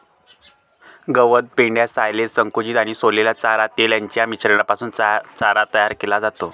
गवत, पेंढा, सायलेज, संकुचित आणि सोललेला चारा, तेल यांच्या मिश्रणापासून चारा तयार केला जातो